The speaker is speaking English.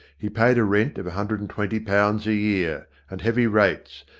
he paid a rent of a hundred and twenty pounds a year, and heavy rates,